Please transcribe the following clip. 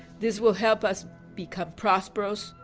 this will help us become prosperous,